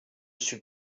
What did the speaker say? suis